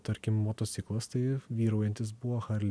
tarkim motociklas tai vyraujantis buvo harli